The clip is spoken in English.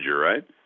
right